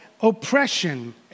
oppression